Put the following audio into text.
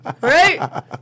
right